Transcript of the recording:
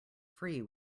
free